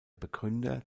begründer